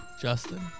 Justin